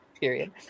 Period